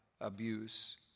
abuse